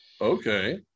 Okay